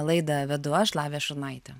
laidą vedu aš lavija šurnaitė